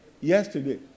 yesterday